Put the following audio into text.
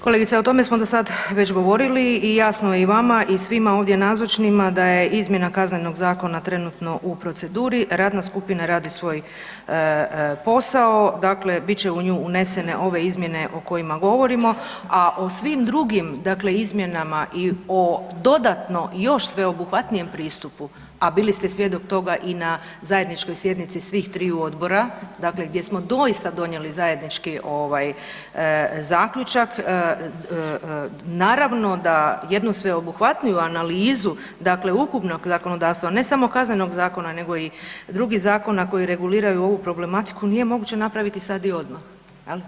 Kolegice, o tome smo do sad već govorili i jasno je i vama i svima ovdje nazočnima da je izmjena Kaznenog zakona trenutno u proceduri, radna skupina radi svoj posao, dakle bit će u nju unesene ove izmjene o kojima govorimo, a o svim drugim dakle izmjenama i o dodatno još sveobuhvatnijem pristupi, a bili ste svjedok toga i na zajedničkoj sjednici svih triju odbora, dakle gdje smo doista donijeli zajednički zaključak, naravno da jednu sveobuhvatniju analizu, dakle ukupnog zakonodavstva, ne samo kaznenog zakona nego i drugih zakona koji reguliraju ovu problematiku, nije moguće napraviti sad i odmah, je li?